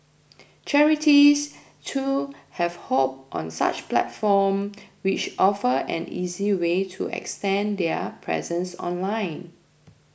charities too have hopped on such platform which offer an easy way to extend their presence online